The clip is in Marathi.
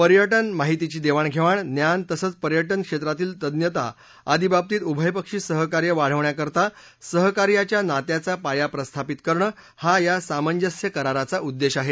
पर्यटन माहितीची देवाणघेवाण ज्ञान तसंच पर्यटन क्षेत्रातील तज्ञता ियादी बाबतीत उभयपक्षी सहकार्य वाढवण्याकरता सहकार्याच्या नात्याचा पाया प्रस्थापित करणं हा या सामंजस्य कराराचा उद्देश आहे